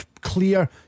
clear